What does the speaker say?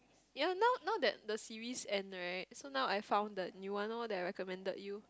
ya now now that the series end right so now I found the new one loh that I recommended you